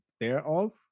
thereof